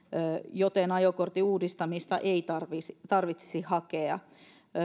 joten ajokortin uudistamista ei tarvitsisi tarvitsisi hakea